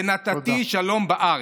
ונתתי שלום בארץ".